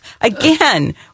Again